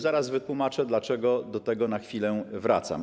Zaraz wyjaśnię, dlaczego do tego na chwilę wracam.